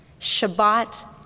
Shabbat